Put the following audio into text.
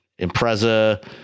Impreza